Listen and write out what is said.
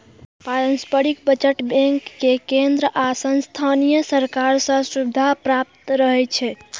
पारस्परिक बचत बैंक कें केंद्र आ स्थानीय सरकार सं सुविधा प्राप्त रहै छै